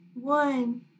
one